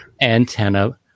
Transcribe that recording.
antenna